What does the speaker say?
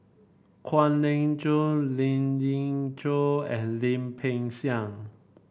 Kwek Leng Joo Lien Ying Chow and Lim Peng Siang